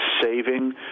saving